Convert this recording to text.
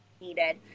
needed